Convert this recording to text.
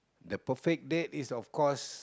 the perfect date is of course